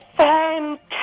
Fantastic